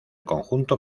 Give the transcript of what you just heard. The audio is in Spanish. conjunto